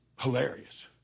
hilarious